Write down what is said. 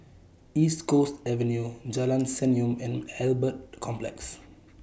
East Coast Avenue Jalan Senyum and Albert Complex